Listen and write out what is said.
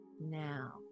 now